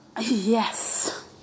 yes